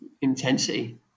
intensity